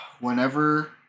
Whenever